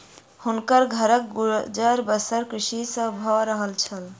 हुनकर घरक गुजर बसर कृषि सॅ भअ रहल छल